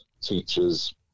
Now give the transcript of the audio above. teachers